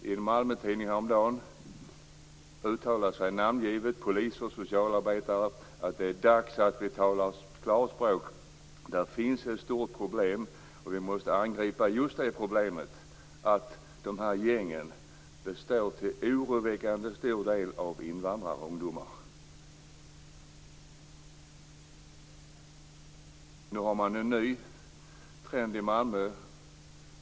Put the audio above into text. Men i en Malmötidning uttalade sig häromdagen namngiven polis och socialarbetare: Det är dags att vi talar klarspråk. Det finns ett stort problem. Vi måste angripa just problemet med att de här gängen till en oroväckande stor del består av invandrarungdomar. Nu är det en ny trend i Malmö.